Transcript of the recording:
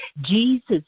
Jesus